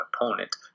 opponent